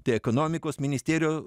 tai ekonomikos ministerijo